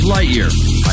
Lightyear